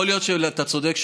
יכול להיות שאתה צודק,